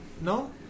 no